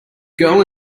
girl